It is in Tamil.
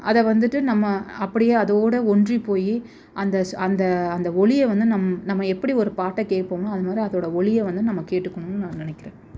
அதை வந்துவிட்டு நம்ம அப்படியே அதோடு ஒன்றி போய் அந்த அந்த அந்த ஒலியை வந்து நம்ம நம்ம எப்படி ஒரு பாட்டை கேட்போமோ அதுமாதிரி அதோட ஒலியை வந்து நம்ம கேட்டுக்கணும்னு நான் நினைக்கிறேன்